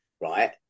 right